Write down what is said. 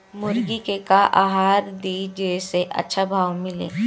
मुर्गा के का आहार दी जे से अच्छा भाव मिले?